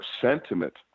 sentiment